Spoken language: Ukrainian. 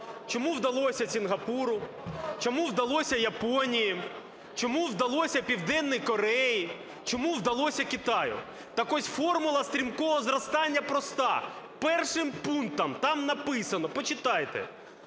Чому вдалося Сінгапуру, чому вдалося Японії, чому вдалося Південній Кореї, чому вдалося Китаю? Так ось, формула стрімкого зростання проста. Першим пунктом там написано, почитайте: